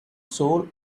soul